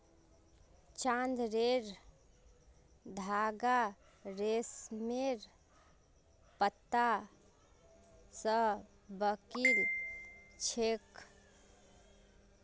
चादरेर धागा रेशमेर पत्ता स बनिल छेक